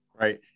Right